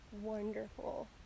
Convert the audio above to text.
wonderful